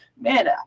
man